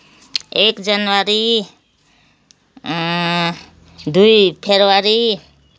एक जनवरी दुई फेब्रुअरी